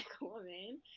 woman